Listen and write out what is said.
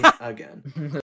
again